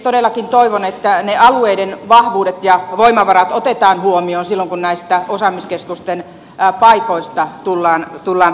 todellakin toivon että ne alueiden vahvuudet ja voimavarat otetaan huomioon silloin kun näistä osaamiskeskusten paikoista tullaan päättämään